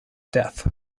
death